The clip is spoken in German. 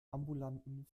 ambulanten